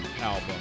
album